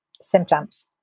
symptoms